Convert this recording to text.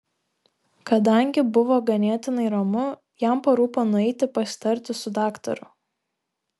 kadangi buvo ganėtinai ramu jam parūpo nueiti pasitarti su daktaru